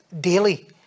daily